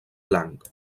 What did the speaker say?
blanc